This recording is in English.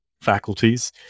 faculties